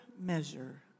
measure